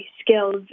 skills